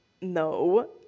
no